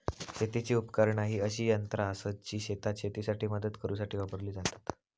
शेतीची उपकरणा ही अशी यंत्रा आसत जी शेतात शेतीसाठी मदत करूसाठी वापरली जातत